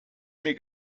mir